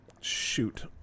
shoot